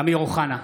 אמיר אוחנה,